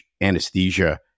anesthesia